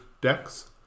decks